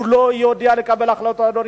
הוא לא יודע לקבל החלטה,